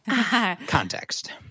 context